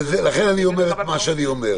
ולכן אני אומר את מה שאני אומר.